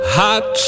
hot